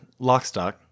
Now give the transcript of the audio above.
Lockstock